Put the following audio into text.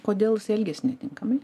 kodėl elgias netinkamai